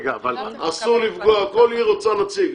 אסור לפגוע, כל עיר רוצה נציג.